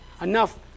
Enough